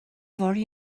fory